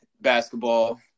basketball